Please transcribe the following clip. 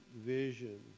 vision